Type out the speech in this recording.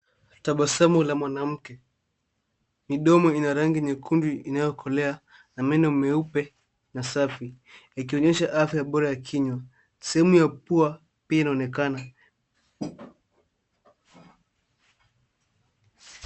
Tabasamu la mwanamke. Midomo ina rangi nyekundu inayokolea, na meno meupe na safi, ikionyesha afya bora ya kinywa. Sehemu ya pua pia inaonekana.